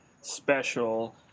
special